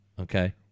Okay